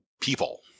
People